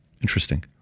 interesting